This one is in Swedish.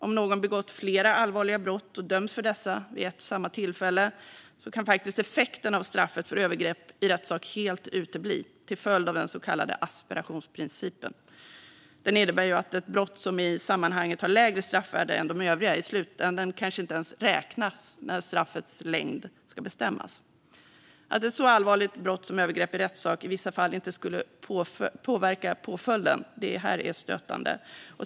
Om någon har begått flera allvarliga brott och döms för dessa vid ett och samma tillfälle kan faktiskt effekten av straffet för övergrepp i rättssak helt utebli till följd av den så kallade asperationsprincipen. Den innebär ju att ett brott som i sammanhanget har lägre straffvärde än de övriga i slutänden kanske inte ens räknas när straffets längd ska bestämmas. Att ett så allvarligt brott som övergrepp i rättssak i vissa fall inte skulle påverka påföljden är stötande.